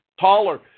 taller